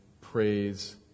praise